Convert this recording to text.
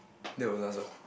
that was us what